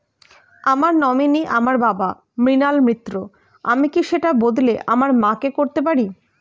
আমার নমিনি আমার বাবা, মৃণাল মিত্র, আমি কি সেটা বদলে আমার মা কে করতে পারি?